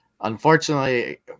unfortunately